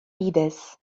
bidez